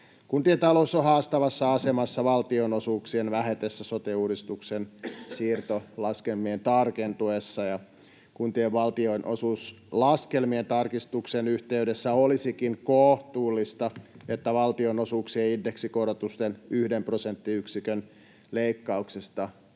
Kuntien talous on haastavassa asemassa valtionosuuksien vähetessä sote-uudistuksen siirtolaskelmien tarkentuessa, ja kuntien valtionosuuslaskelmien tarkistuksen yhteydessä olisikin kohtuullista, että valtionosuuksien indeksikorotusten yhden prosenttiyksikön leikkauksesta tässä